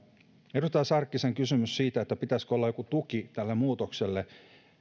edustaja sarkkinen kysyi siitä pitäisikö olla joku tuki tälle muutokselle